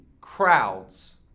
crowds